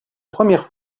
première